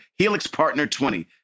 HelixPartner20